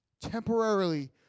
Temporarily